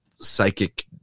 psychic